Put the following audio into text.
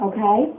Okay